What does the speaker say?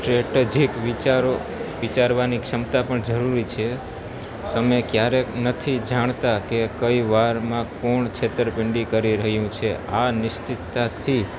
strategic વિચારો વિચારવાની ક્ષમતા પણ જરૂરી છે તમે ક્યારેક નથી જાણતા કે કઈ વારમાં કોણ છેતરપિંડી કરી રહ્યું છે આ નિશ્ચિતતાથી જ